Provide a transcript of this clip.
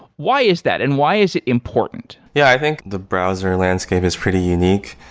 why is that and why is it important? yeah, i think the browser landscape is pretty unique.